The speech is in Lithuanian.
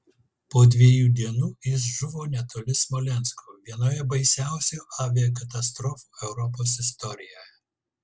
po dviejų dienų jis žuvo netoli smolensko vienoje baisiausių aviakatastrofų europos istorijoje